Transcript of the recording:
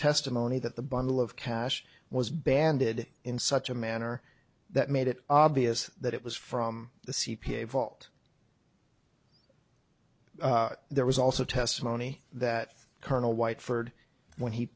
testimony that the bundle of cash was banded in such a manner that made it obvious that it was from the c p a vault there was also testimony that colonel white furred when he